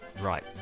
right